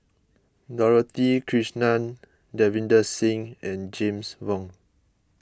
Dorothy Krishnan Davinder Singh and James Wong